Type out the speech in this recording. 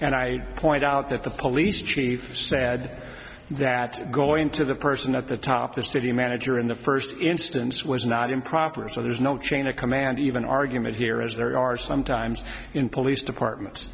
and i point out that the police chief said that going to the person at the top the city manager in the first instance was not improper so there's no chain of command even argument here as there are sometimes in police departments